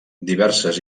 diverses